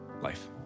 Life